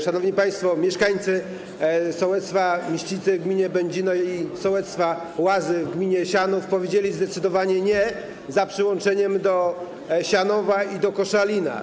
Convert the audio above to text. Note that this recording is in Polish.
Szanowni państwo, mieszkańcy sołectwa Mścice w gminie Będzino i sołectwa Łazy w gminie Sianów powiedzieli zdecydowanie ˝nie˝ dla przyłączenia do Sianowa i do Koszalina.